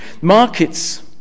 Markets